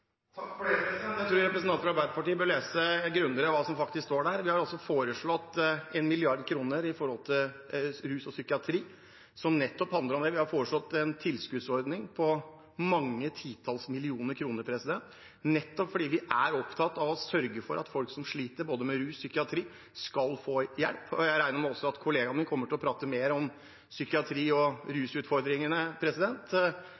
Jeg tror representanten fra Arbeiderpartiet bør lese grundigere hva som faktisk står der. Vi har foreslått 1 mrd. kr når det gjelder rus og psykiatri. Vi har foreslått en tilskuddsordning på mange titalls millioner kroner nettopp fordi vi er opptatt av å sørge for at folk som sliter med rus og psykiatriske lidelser, skal få hjelp. Jeg regner med at kollegaen min kommer til å prate mer om psykiatri og